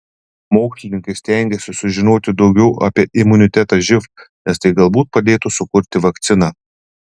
mokslininkai stengiasi sužinoti daugiau apie imunitetą živ nes tai galbūt padėtų sukurti vakciną